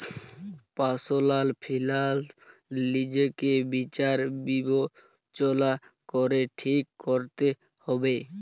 personal ফিলান্স লিজকে বিচার বিবচলা ক্যরে ঠিক ক্যরতে হুব্যে